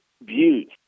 views